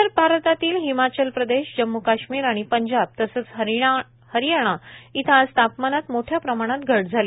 उत्तर भारतातील हिमाचल प्रदेश जम्मू काश्मीर आणि पंजाब तसंच हरियाणा इथं आज तापमानात मोठया प्रमाणात घट झाली